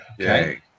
Okay